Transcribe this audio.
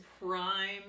prime